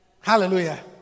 Hallelujah